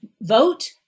vote